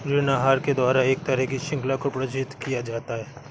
ऋण आहार के द्वारा एक तरह की शृंखला को प्रदर्शित किया जाता है